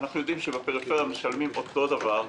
אנחנו יודעים שבפריפריה משלמים אותו דבר,